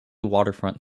waterfront